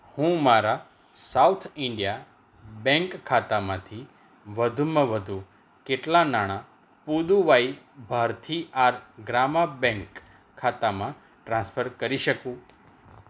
હું મારા South India bank ખાતામાંથી વધુમાં વધુ કેટલાં નાણાં પુદુવાઈ ભારથીઆર ગ્રામા બેંક ખાતામાં ટ્રાન્સફર કરી શકું